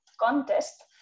contest